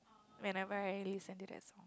whenever I listen to that song